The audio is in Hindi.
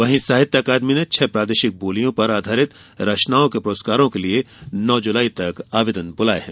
वहीं साहित्य अकादमी ने छह प्रादेशिक बोलियों पर आधारित रचनाओं के पुरस्कार के लिए नौ जुलाई तक आवेदन बुलाये हैं